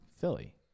Philly